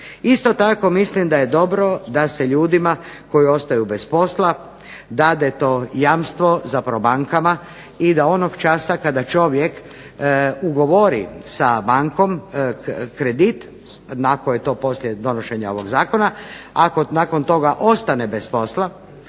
Isto tako, mislim da je dobro da se ljudima koji ostaju bez posla dade to jamstvo, zapravo bankama i da onog časa kada čovjek ugovori sa bankom kredit ako je to poslije donošenje ovog zakona, ako nakon toga ostane bez posla